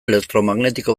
elektromagnetiko